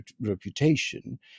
reputation